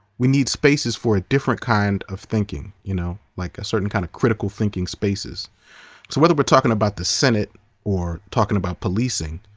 we need spaces for a different kind of thinking, you know, like a certain kind of critical thinking spaces. so whether we're talking about the senate or talking about policing,